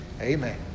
amen